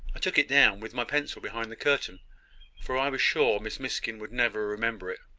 i took it down with my pencil, behind the curtain for i was sure miss miskin would never remember it.